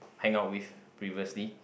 hang out with previously